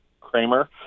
Kramer